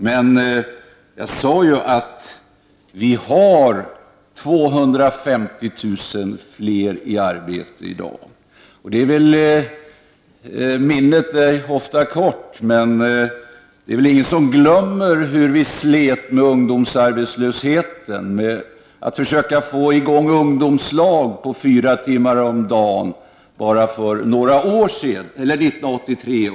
Men jag sade att vi har 250000 fler i arbete i dag. Minnet är ofta kort, men det är väl ingen som har glömt hur vi slet med ungdomsarbetslösheten och försökte få i gång ungdomslag under fyra timmar per dag 1983 till 1984.